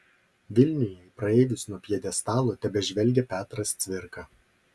vilniuje į praeivius nuo pjedestalo tebežvelgia petras cvirka